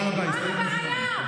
מה הבעיה?